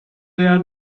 der